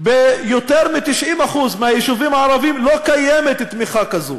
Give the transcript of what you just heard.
ביותר מ-90% מהיישובים הערביים לא קיימת תמיכה כזו